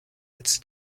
its